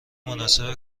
مناسب